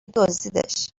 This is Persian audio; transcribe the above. دزدیدش